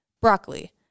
broccoli